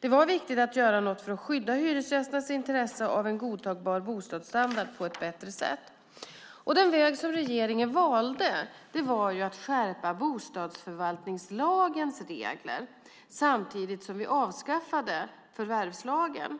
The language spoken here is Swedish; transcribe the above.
Det var viktigt att göra något för att skydda hyresgästernas intresse av en godtagbar bostadsstandard på ett bättre sätt. Den väg som regeringen valde var att skärpa bostadsförvaltningslagens regler samtidigt som vi avskaffade förvärvslagen.